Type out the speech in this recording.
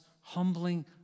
humbling